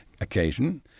occasion